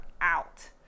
out